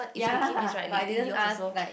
ya but I didn't ask like